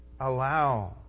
allow